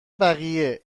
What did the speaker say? بقیه